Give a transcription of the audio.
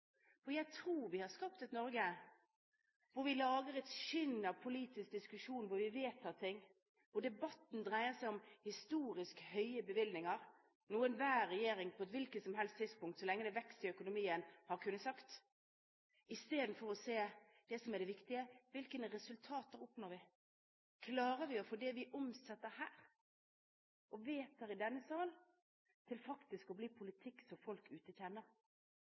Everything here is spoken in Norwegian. For jeg tror at vi har skapt et Norge hvor vi lager et skinn av politisk diskusjon. Vi vedtar ting, og debatten dreier seg om historisk høye bevilgninger. Enhver regjering har på et hvilket som helst tidspunkt, så lenge det er vekst i økonomien, i stedet for å se det som er det viktige, kunnet si: Hvilke resultater oppnår vi? Klarer vi å få det vi omsetter her og vedtar i denne sal, til faktisk å bli politikk som folk